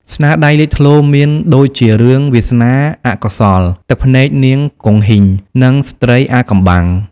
ស្នាដៃលេចធ្លោមានដូចជារឿង វាសនាអកុសល ទឹកភ្នែកនាងគង្ហីង និង ស្ត្រីអាថ៌កំបាំង។